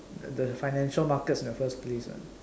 the financial markets in the first place lah